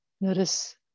Notice